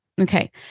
Okay